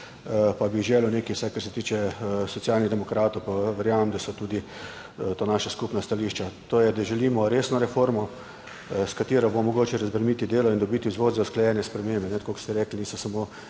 pa bi želel nekaj, vsaj kar se tiče Socialnih demokratov, verjamem, da so tudi to naša skupna stališča, to je, da želimo resno reformo, s katero bo mogoče razbremeniti delo in dobiti vzvod za usklajene spremembe. Tako kot ste rekli, niso samo